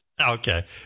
Okay